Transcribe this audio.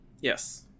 Yes